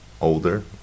older